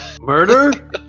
Murder